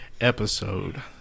episode